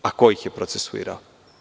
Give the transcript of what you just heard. A ko ih je procesuirao?